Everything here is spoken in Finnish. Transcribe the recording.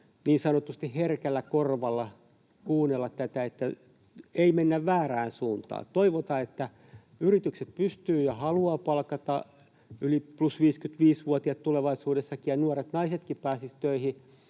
niin sanotusti herkällä korvalla kuunnella, ettei mennä väärään suuntaan. Toivotaan, että yritykset pystyvät ja haluavat palkata plus 55-vuotiaita tulevaisuudessakin ja nuoret naisetkin pääsisivät töihin